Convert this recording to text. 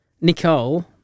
Nicole